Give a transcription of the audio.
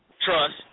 trust